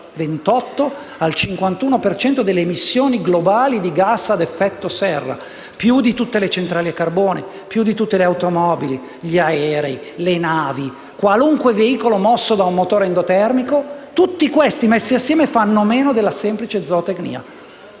per cento delle emissioni globali di gas a effetto serra, più di tutte le centrali a carbone, più di tutte le automobili, gli aerei, le navi o qualunque altro veicolo mosso da un motore endotermico: tutti questi veicoli messi insieme fanno meno della semplice zootecnia.